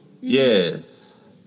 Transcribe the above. Yes